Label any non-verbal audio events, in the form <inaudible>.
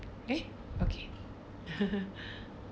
eh okay <laughs>